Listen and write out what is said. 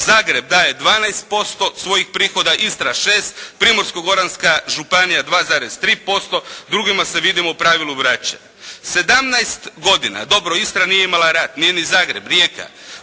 Zagreb daje 12% svojih prihoda, Istra 6, Primorsko-goranska županija 2,3%, drugima se vidim u pravilu vraća. 17 godina, dobro Istra nije imala rat, nije ni Zagreb, Rijeka,